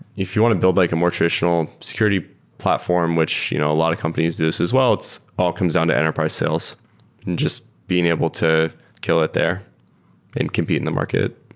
if you want to build like a more traditional security platform, which you know a lot of companies do this as well, it all comes down to enterprise sales and just being able to kill it there and compete in the market.